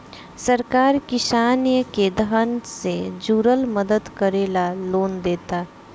सरकार किसान के धन से जुरल मदद करे ला लोन देता